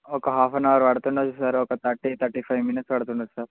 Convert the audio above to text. ఒక half an hour పడుతుండొచ్చు sir sir ఒక థర్టీ థర్టీ ఫైవ్ మినిట్స్ పడుతుండొచ్చు సార్